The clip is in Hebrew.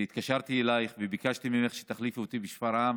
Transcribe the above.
והתקשרתי אלייך וביקשתי ממך שתחליפי אותי בשפרעם,